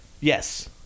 Yes